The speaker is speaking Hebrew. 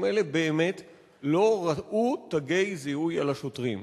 האלה באמת לא ראו תגי זיהוי על השוטרים.